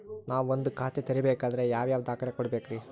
ನಾನ ಒಂದ್ ಖಾತೆ ತೆರಿಬೇಕಾದ್ರೆ ಯಾವ್ಯಾವ ದಾಖಲೆ ಕೊಡ್ಬೇಕ್ರಿ?